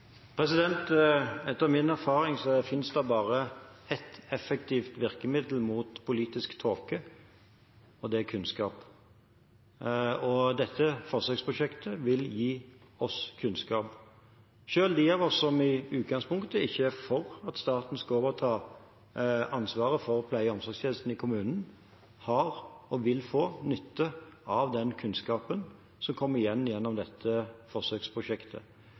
Etter min erfaring finnes det bare ett effektivt virkemiddel mot politisk tåke, og det er kunnskap. Dette forsøksprosjektet vil gi oss kunnskap. Selv de av oss som i utgangspunktet ikke er for at staten skal overta ansvaret for pleie- og omsorgstjenestene i kommunen, har og vil få nytte av den kunnskapen som kommer gjennom dette forsøksprosjektet.